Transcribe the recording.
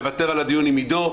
מוותר על הדיון עם עידו,